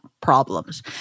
problems